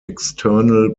external